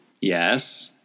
yes